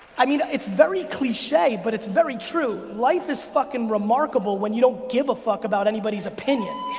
i mean, it's very cliche, but it's very true, life is fucking remarkable when you don't give a fuck about anybody's opinion.